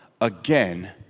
again